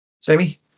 Sammy